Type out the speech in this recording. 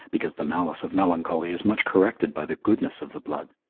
because the malice of melancholy is much corrected by the goodness of the blood.